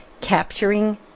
capturing